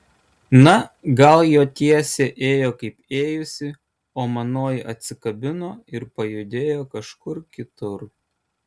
na gal jo tiesė ėjo kaip ėjusi o manoji atsikabino ir pajudėjo kažkur kitur